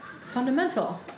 fundamental